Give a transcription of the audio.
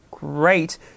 great